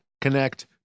connect